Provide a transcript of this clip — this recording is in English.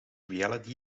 reality